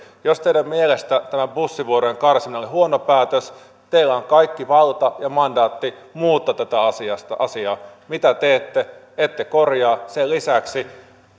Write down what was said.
jos teidän mielestänne tämä bussivuorojen karsiminen oli huono päätös teillä on kaikki valta ja mandaatti muuttaa tätä asiaa mitä teette ette korjaa sen lisäksi